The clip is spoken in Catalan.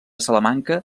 salamanca